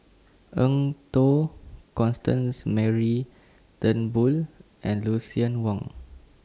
Eng Tow Constance Mary Turnbull and Lucien Wang